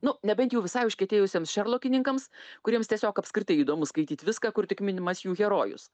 nu nebent jau visai užkietėjusiems šerlokininkams kuriems tiesiog apskritai įdomu skaityt viską kur tik minimas jų herojus